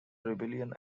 rebellion